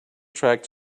track